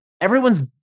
everyone's